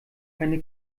keine